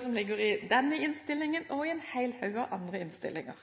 som ligger i denne innstillingen og i en hel haug andre innstillinger.